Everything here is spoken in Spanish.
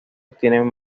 obtienen